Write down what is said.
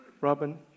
Robin